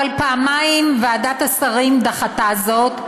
אבל פעמיים ועדת השרים דחתה זאת,